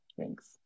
thanks